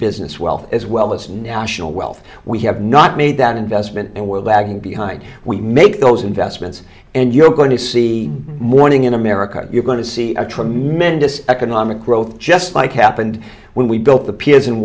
business wealth as well as national wealth we have not made that investment and we're lagging behind we make those investments and you're going to see morning in america you're going to see a tremendous economic growth just like happened when we built the piers in